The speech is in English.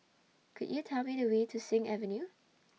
Could YOU Tell Me The Way to Sing Avenue